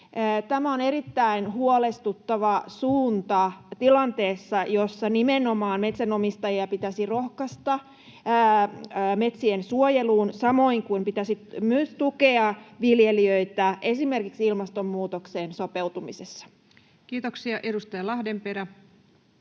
Tämä on erittäin huolestuttava suunta tilanteessa, jossa metsänomistajia nimenomaan pitäisi rohkaista metsiensuojeluun, samoin kuin pitäisi myös tukea viljelijöitä esimerkiksi ilmastonmuutokseen sopeutumisessa. Kiitoksia. — Edustaja Lahdenperä.